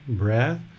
breath